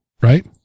right